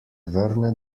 vrne